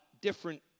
different